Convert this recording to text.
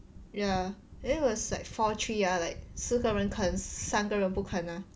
ya it was like four three are like 四个人肯三个人不肯